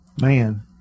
Man